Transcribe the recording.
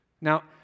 Now